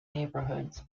neighborhoods